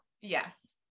Yes